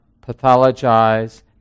pathologize